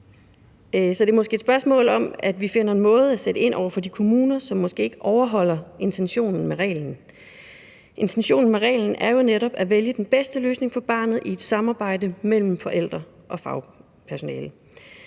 det er måske et spørgsmål om, at vi finder en måde at sætte ind på over for de kommuner, som måske ikke overholder intentionen med reglerne. Intentionen med reglerne er jo netop at vælge den bedste løsning for barnet i et samarbejde mellem forældre og fagpersonale.